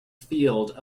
field